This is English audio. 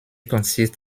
consist